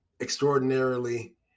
extraordinarily